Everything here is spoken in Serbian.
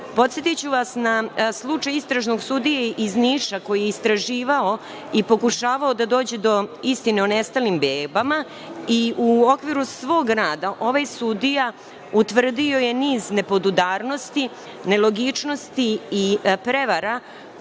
istragama. Podsetiću vas na slučaj istražnog sudije iz Niša koji je istraživao i pokušavao da dođe do istine o nestalim bebama i u okviru svog rada ovaj sudija je utvrdio niz nepodudarnosti, nelogičnosti i prevara